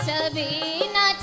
Sabina